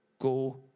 Go